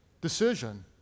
decision